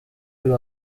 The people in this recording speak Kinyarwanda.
uyu